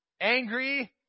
angry